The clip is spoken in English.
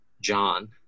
John